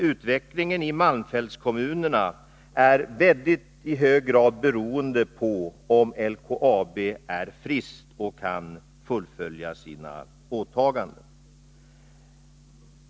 Utvecklingen i malmfältskommunerna är i mycket hög grad beroende av att LKAB är friskt och kan fullfölja sina åtaganden.